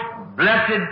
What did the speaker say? blessed